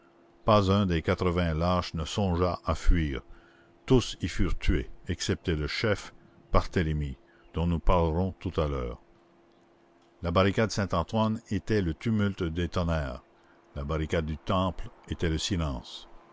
pas un des quatre-vingts lâches ne songea à fuir tous y furent tués excepté le chef barthélemy dont nous parlerons tout à l'heure la barricade saint-antoine était le tumulte des tonnerres la barricade du temple était le silence